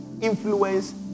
influence